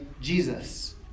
Jesus